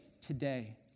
today